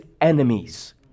enemies